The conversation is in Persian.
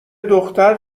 دختر